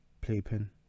playpen